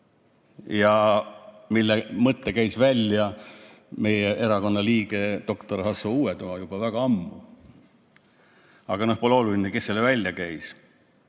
ja mille mõtte käis välja meie erakonna liige doktor Hasso Uuetoa juba väga ammu. Aga pole oluline, kes selle välja käis.